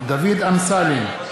דוד אמסלם,